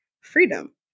freedom